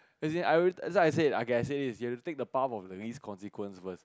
as in I already that's why I say okay I say this we have to take the path of the least consequence first